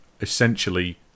essentially